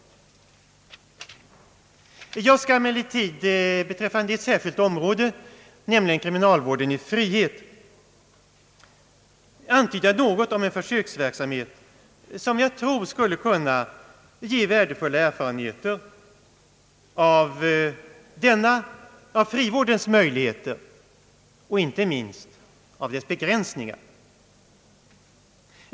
Jag skall emellertid beträffande ett särskilt område, nämligen kriminalvården i frihet, antyda något om en försöksverksamhet som jag tror skulle kunna ge värdefulla erfarenheter av frivårdens möjligheter och inte minst av dess begränsningar.